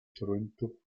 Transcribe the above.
toronto